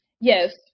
yes